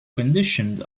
conditioned